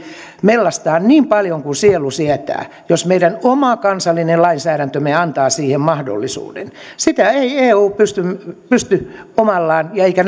mellastaa niin paljon kuin sielu sietää jos meidän oma kansallinen lainsäädäntömme antaa siihen mahdollisuuden sitä ei eu pysty omallaan eikä